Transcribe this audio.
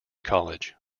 college